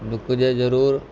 डुकजे ज़रूरु